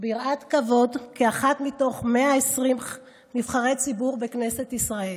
ביראת כבוד כאחת מתוך 120 נבחרי ציבור בכנסת ישראל.